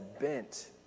bent